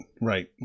right